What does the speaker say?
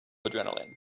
adrenaline